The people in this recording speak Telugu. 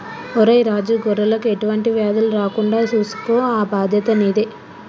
ఒరై రాజు గొర్రెలకు ఎటువంటి వ్యాధులు రాకుండా సూసుకో ఆ బాధ్యత నీదే